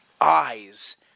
eyes